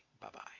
Bye-bye